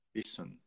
listen